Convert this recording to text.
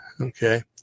Okay